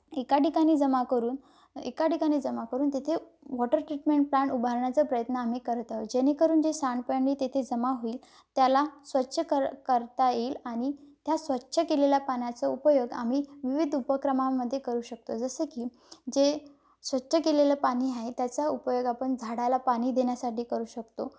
एका ठिकाणी जमा करून एका ठिकाणी जमा करून तिथे वॉटर ट्रीटमेंट प्लांट उभारण्याचा प्रयत्न आम्ही करत आहोत जेणेकरून जे सांडपाणी तिथे जमा होईल त्याला स्वच्छ कर करता येईल आणि त्या स्वच्छ केलेल्या पाण्याचा उपयोग आम्ही विविध उपक्रमामध्ये करू शकतो जसं की जे स्वच्छ केलेलं पाणी आहे त्याचा उपयोग आपण झाडाला पाणी देण्यासाठी करू शकतो